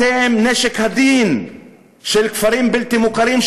אתם נשק יום הדין של כפרים בלתי מוכרים,